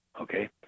Okay